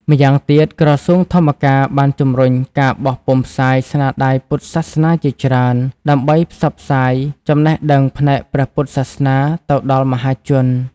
ម្យ៉ាងទៀត ក្រសួងធម្មការបានជំរុញការបោះពុម្ពផ្សាយស្នាដៃពុទ្ធសាសនាជាច្រើន ដើម្បីផ្សព្វផ្សាយចំណេះដឹងផ្នែកព្រះពុទ្ធសាសនាទៅដល់មហាជន។